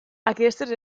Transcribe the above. aquestes